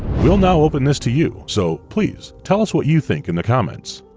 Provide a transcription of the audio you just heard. we'll now open this to you, so please tell us what you think in the comments.